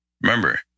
Remember